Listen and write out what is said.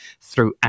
throughout